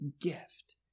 gift